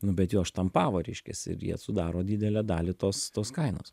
nu bet juos štampavo reiškiasi ir jie sudaro didelę dalį tos tos kainos